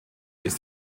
ist